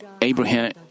Abraham